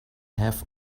have